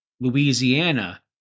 Louisiana